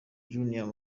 junior